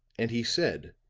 and he said,